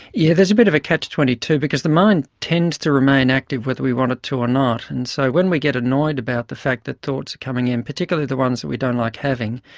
yeah, there's a bit of a catch twenty two because the mind tends to remain active whether we want it to or not and so when we get annoyed about the fact that thoughts are coming in, particularly the ones that we don't like having,